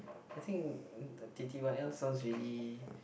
I think t_t_y_l sounds really